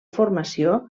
formació